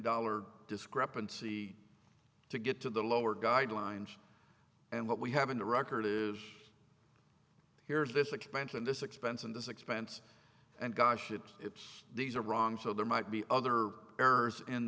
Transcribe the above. dollars discrepancy to get to the lower guidelines and what we have in the record is here's this expansion this expense and this expense and gosh it's it's these are wrong so there might be other errors in